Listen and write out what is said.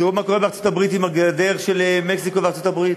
תראו מה קורה בארצות-הברית עם הגדר בין מקסיקו וארצות-הברית: